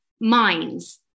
minds